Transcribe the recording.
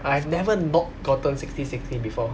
I have never not gotten sixty sixty before